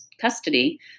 custody